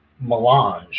melange